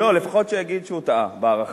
לא, לפחות שהוא יגיד שהוא טעה בהערכה.